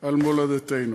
על מולדתנו.